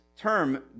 term